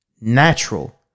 natural